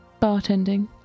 Bartending